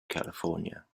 california